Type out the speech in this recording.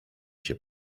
się